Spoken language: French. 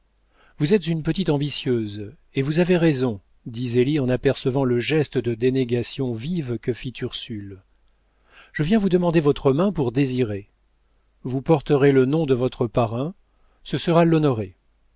vous êtes une petite ambitieuse et vous avez raison dit zélie en apercevant le geste de dénégation vive que fit ursule je viens vous demander votre main pour désiré vous porterez le nom de votre parrain ce sera l'honorer